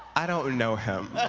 i don't know him.